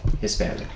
Hispanic